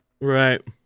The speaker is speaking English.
Right